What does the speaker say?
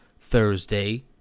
Thursday